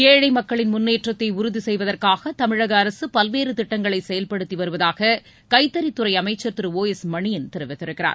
ஏழை மக்களின் முன்னேற்றத்தை உறுதிசெய்வதற்காக தமிழக அரசு பல்வேறு திட்டங்களை செயல்படுத்தி வருவதாக கைத்தறித் துறை அமைச்சர் திரு ஓ எஸ் மணியன் தெரிவித்திருக்கிறார்